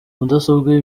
mudasobwa